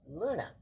Luna